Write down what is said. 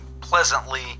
pleasantly